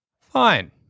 Fine